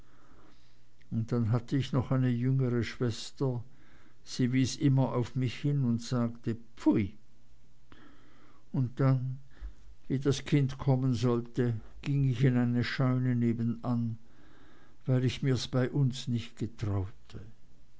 und dann hatte ich noch eine jüngere schwester die wies immer auf mich hin und sagte pfui und dann wie das kind kommen sollte ging ich in eine scheune nebenan weil ich mir's bei uns nicht getraute